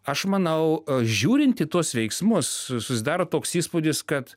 aš manau žiūrint į tuos veiksmus su susidaro toks įspūdis kad